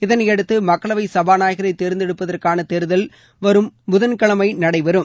இதனையடுத்து மக்களவை சபாநாயகரை தேர்ந்தெடுப்பதற்கான தேர்தல் வரும் புதன்கிழமை நடைபெறும்